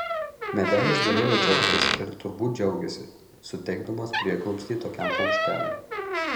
medelis galėjo džiaugtis ir turbūt džiaugėsi suteikdamas prieglobstį tokiam paukšteliui